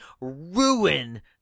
ruin